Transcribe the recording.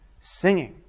singing